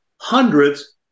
hundreds